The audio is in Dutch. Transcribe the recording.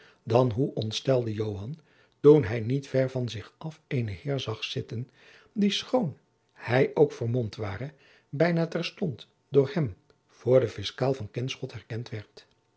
dan hoe ontstelde joan toen hij niet ver van zich af eenen heer zag zitten die schoon hij ook vermomd ware bijna terstond door hem voor den fiscaal van kinschot herkend werd